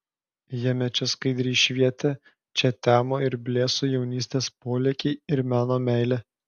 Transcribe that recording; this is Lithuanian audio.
jame čia skaidriai švietė čia temo ir blėso jaunystės polėkiai ir meno meilė